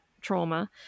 trauma